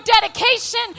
dedication